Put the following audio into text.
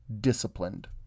disciplined